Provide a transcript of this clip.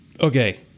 Okay